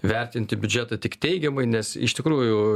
vertinti biudžetą tik teigiamai nes iš tikrųjų